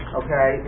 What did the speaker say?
okay